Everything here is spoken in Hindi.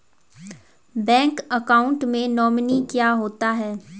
बैंक अकाउंट में नोमिनी क्या होता है?